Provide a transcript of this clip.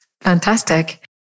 Fantastic